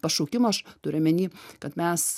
pašaukimą aš turiu omeny kad mes